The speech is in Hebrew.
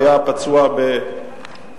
היה פצוע מ"עופרת